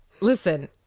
listen